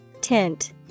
Tint